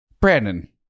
Brandon